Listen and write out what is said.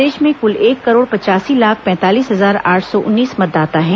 प्रदेश में कुल एक करोड़ पचासी लाख पैंतालीस हजार आठ र्सो उन्नीस मतदाता हैं